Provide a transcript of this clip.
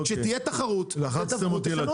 כשתהיה תחרות תבחנו את זה.